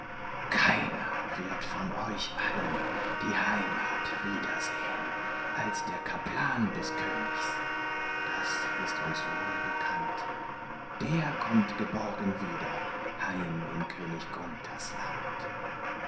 keiner wird von euch allen die heimat wiedersehn als der kaplan des königs das ist uns wohlbekannt der kommt geborgen wieder heim in könig gunthers land